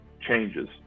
changes